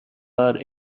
are